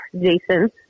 Jason